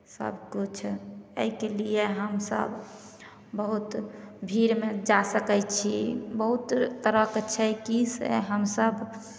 सभकिछु एहिके लिए हमसभ बहुत भीड़मे जा सकै छी बहुत तरहके छै कि से हमसभ